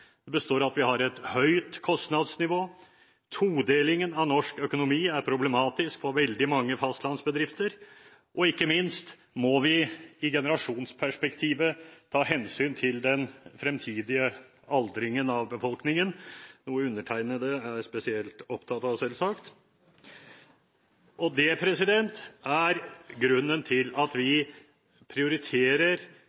det består av at vi har et høyt kostnadsnivå, todelingen av norsk økonomi er problematisk for veldig mange fastlandsbedrifter, og ikke minst må vi i generasjonsperspektivet ta hensyn til den fremtidige aldringen av befolkningen, noe undertegnede selvsagt er spesielt opptatt av. Det er grunnen til at vi